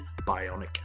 bionic